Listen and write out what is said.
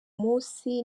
munsi